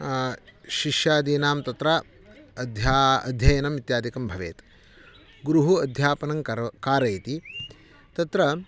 शिष्यादीनां तत्र अध्या अध्ययनम् इत्यादिकं भवेत् गुरुः अध्यापनं कारयति तत्र